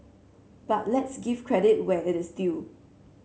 but let's give credit where it is due